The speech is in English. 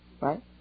Right